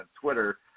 Twitter